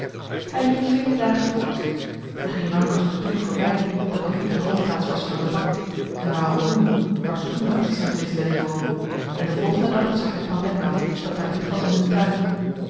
hy liep vele dagen voort hy ging rangkas betoeng voorby dat nog niet de hoofdplaats was van lebak en waroeng goenoeng waar toen de adsistent resident woonde en den volgenden dag zag hy pandeglang dat daar ligt als in een tuin